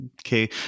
Okay